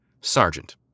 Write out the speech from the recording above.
Sergeant